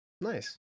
Nice